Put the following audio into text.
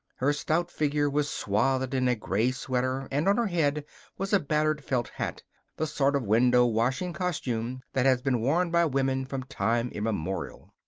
her stout figure was swathed in a gray sweater and on her head was a battered felt hat the sort of window washing costume that has been worn by women from time immemorial.